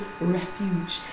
refuge